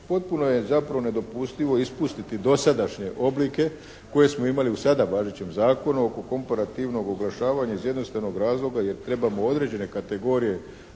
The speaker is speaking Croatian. potpuno je zapravo nedopustivo ispustiti dosadašnje oblike koje smo imali u sada važećem Zakonu oko komparativnog oglašavanja. Iz jednostavnog razloga jer trebamo određene kategorije